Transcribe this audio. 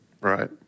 Right